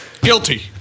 Guilty